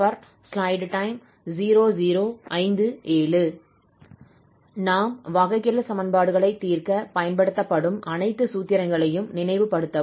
எனவே நாம் வகைக்கெழு சமன்பாடுகளைத் தீர்க்கப் பயன்படுத்தப்படும் அனைத்து சூத்திரங்களையும் நினைவுபடுத்தவும்